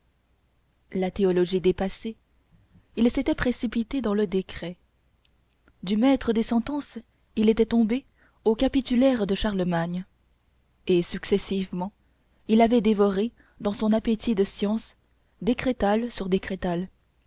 la théologie dépassée il s'était précipité dans le décret du maître des sentences il était tombé aux capitulaires de charlemagne et successivement il avait dévoré dans son appétit de science décrétales sur